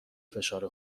فشار